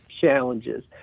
challenges